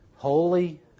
Holy